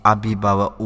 Abibawa